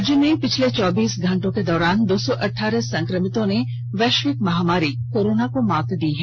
राज्य में पिछले चौबीस घंटे के दौरान दो सौ अठारह संक्रमितों ने वैश्विक महामारी कोरोना को मात दी है